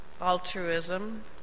altruism